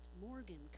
Morgan